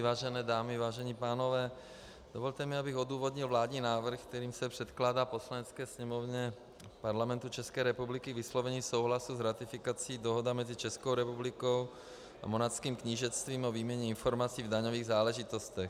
Vážené dámy, vážení pánové, dovolte mi, abych odůvodnil vládní návrh, kterým se předkládá Poslanecké sněmovně Parlamentu České republiky k vyslovení souhlasu s ratifikací Dohoda mezi Českou republikou a Monackým knížectvím o výměně informací v daňových záležitostech.